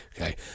Okay